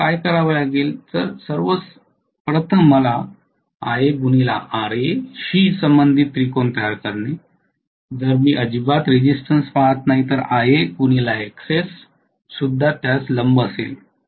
तर मला काय करावे लागेल सर्व प्रथम IaRa शी संबंधित त्रिकोण तयार करणे जर मी अजिबात रेझीस्टनंस पहात नाही तर IaXs सुद्धा त्यास लंब असेल